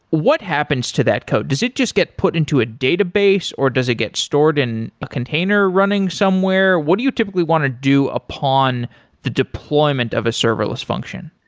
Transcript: what happens to that code? does it just get put into a database, or does it get stored in a container running somewhere? what do you typically want to do upon the deployment of a serverless function?